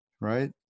right